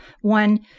One